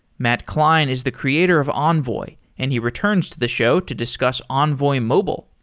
matt kline is the creator of envoy and he returns to the show to discuss envoy mobile.